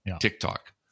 TikTok